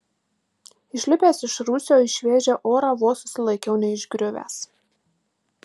išlipęs iš rūsio į šviežią orą vos susilaikiau neišgriuvęs